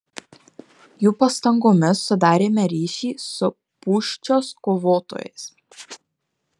jų pastangomis sudarėme ryšį su pūščios kovotojais